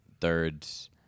Thirds